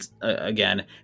again